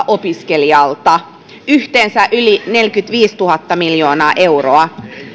opiskelijalta yhteensä yli neljäkymmentäviisi miljoonaa euroa